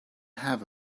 have